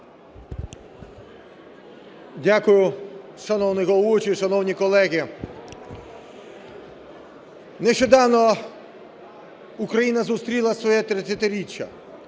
Дякую. Шановний головуючий, шановні колеги! Нещодавно Україна зустріла своє 30-річчя.